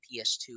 PS2